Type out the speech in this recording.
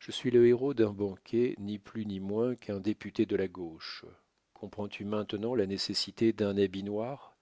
je suis le héros d'un banquet ni plus ni moins qu'un député de la gauche comprends-tu maintenant la nécessité d'un habit noir